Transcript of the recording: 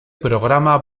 programa